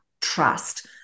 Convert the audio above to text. trust